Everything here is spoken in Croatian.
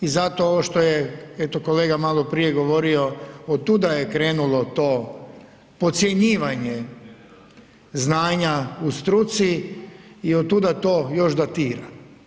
I zato ovo što je eto kolega malo prije govorio od tuda je krenulo to podcjenjivanje znanja u struci i od tuda to još datira.